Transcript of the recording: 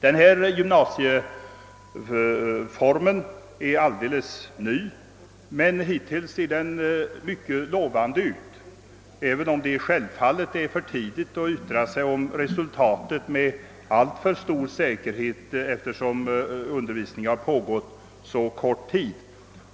Denna gymnasieform är alldeles ny och ser mycket lovande ut, även om det självfallet är för tidigt att nu yttra sig om resultatet med alltför stor säkerhet, eftersom undervisningen har pågått så kort tid.